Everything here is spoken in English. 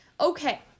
okay